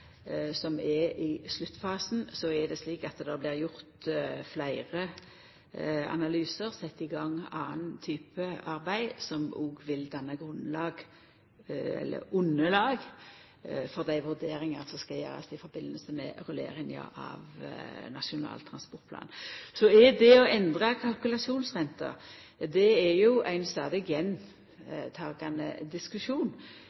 som er i sluttfasen. Det blir gjort fleire analysar, det blir sett i gang ein annen type arbeid som òg vil danna underlag for dei vurderingane som skal gjerast i samband med rulleringa av Nasjonal transportplan. Når det gjeld det å endra kalkulasjonsrenta, er det ein stadig gjentakande diskusjon. Det er